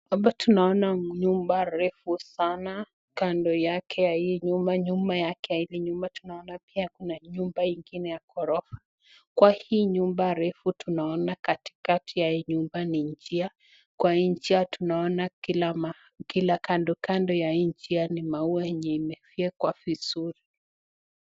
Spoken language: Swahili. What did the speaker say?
Hapa tunaona nyumba refu sana, kando yake ya hii nyumba, nyuma yake ya hii nyumba tunaona pia kuna nyumba ingine ya ghorofa. Kwa hii nyumba refu tunaona katikati ya hii nyumba ni njia, kwa hii njia tunaona kando kando ya hii njia ni maua yenye imefyekwa vizuri.